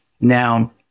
Now